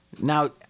Now